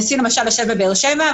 הנשיא למשל יושב בבאר-שבע,